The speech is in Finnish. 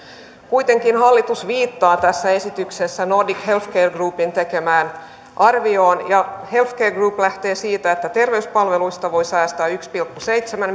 kuitenkin hallitus viittaa tässä esityksessä nordic healthcare groupin tekemään arvioon ja healthcare group lähtee siitä että terveyspalveluista voi säästää yksi pilkku seitsemän